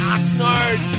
Oxnard